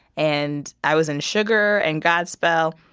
and i was in sugar and godspell.